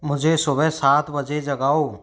मुझे सुबह सात बजे जगाओ